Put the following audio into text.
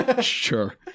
sure